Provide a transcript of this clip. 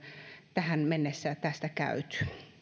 tähän mennessä tästä käyty